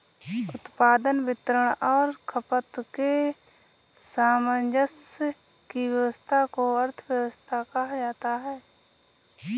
उत्पादन, वितरण और खपत के सामंजस्य की व्यस्वस्था को अर्थव्यवस्था कहा जाता है